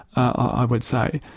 i would say,